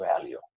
value